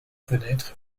fenêtres